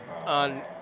on